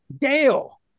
Gail